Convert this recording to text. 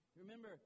Remember